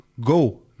Go